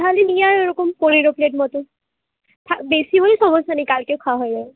তাহলে নিয়ে আয় ওরকম পনেরো প্লেট মতো বেশি হলে সমস্যা নেই কালকেও খাওয়া হয়ে যাবে